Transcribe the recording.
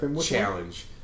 challenge